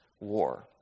War